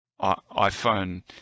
iPhone